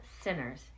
sinners